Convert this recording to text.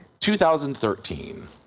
2013